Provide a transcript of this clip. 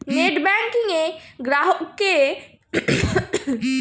Net banking এ গ্রাহককে যোগ না করে কিভাবে টাকা স্থানান্তর করব?